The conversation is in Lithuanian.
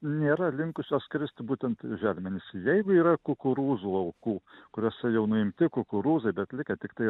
nėra linkusios skrist būtent į želmenis jeigu yra kukurūzų laukų kuriuose jau nuimti kukurūzai bet likę tiktai